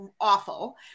awful